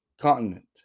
continent